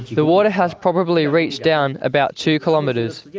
the water has probably reached down about two kilometres, yeah